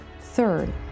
Third